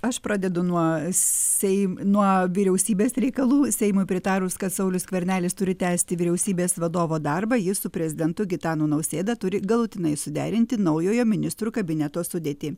aš pradedu nuo sei nuo vyriausybės reikalų seimui pritarus kad saulius skvernelis turi tęsti vyriausybės vadovo darbą jis su prezidentu gitanu nausėda turi galutinai suderinti naujojo ministrų kabineto sudėtį